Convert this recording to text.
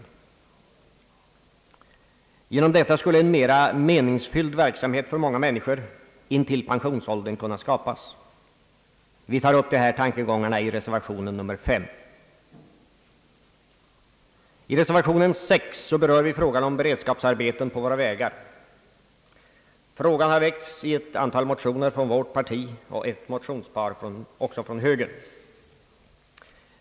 Därigenom skulle en mera meningsfylld verksamhet för många människor intill pensionsåldern kunna skapas. Vi tar upp dessa tankegångar i reservation nr 5. I reservation nr 6 berör vi frågan om beredskapsarbeten på våra vägar. Frågan har väckts i ett antal motioner från vårt parti och i ett motionspar också från högerpartiet.